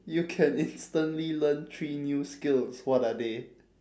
you can instantly learn three new skills what are they